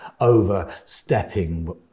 overstepping